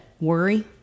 Worry